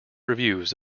reviews